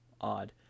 odd